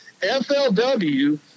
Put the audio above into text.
FLW